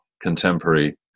contemporary